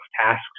tasks